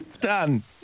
Done